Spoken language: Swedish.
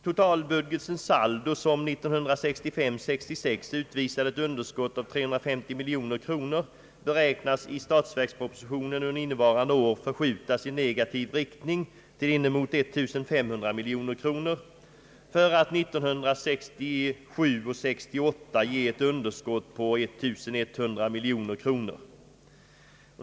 Totalbudgetens saldo, som 1965 68 ge ett underskott på cirka 1160 miljoner kronor.